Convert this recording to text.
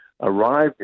arrived